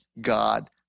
God